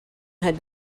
had